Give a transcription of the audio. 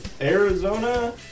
Arizona